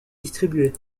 distribués